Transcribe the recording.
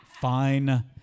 Fine